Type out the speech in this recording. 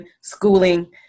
schooling